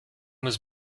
was